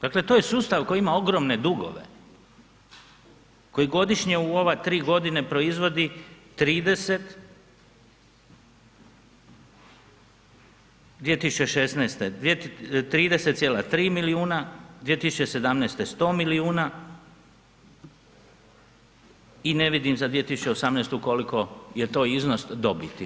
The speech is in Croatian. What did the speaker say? Dakle to je sustav koji ima ogromne dugove, koji godišnje u ove tri godine proizvodi 2016. 30,3 milijuna, 2017. 100 milijuna i ne vidim za 2018. koliko je to iznos dobiti.